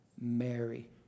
Mary